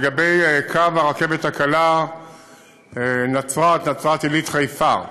לגבי קו הרכבת הקלה נצרת נצרת-עילית חיפה,